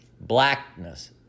blackness